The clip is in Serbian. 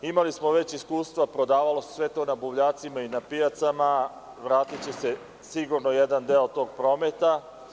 Imali smo već iskustva, prodavalo se sve to na buvljacima i na pijacama, vratiće se jedan deo tog prometa.